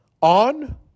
on